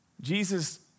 Jesus